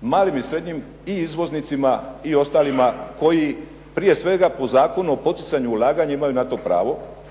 malim i srednjim, i izvoznicima i ostalima koji prije svega po Zakonu o poticanju ulaganju imaju na to pravo,